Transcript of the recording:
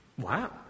Wow